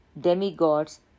demigods